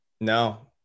No